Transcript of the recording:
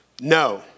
no